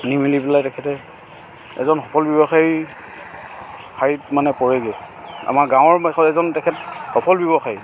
নি মিলি পেলাই তেখেতে এজন সফল ব্যৱসায়ী শাৰীত মানে পৰেগৈ আমাৰ গাঁৱৰ এজন তেখেত সফল ব্যৱসায়ী